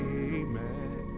amen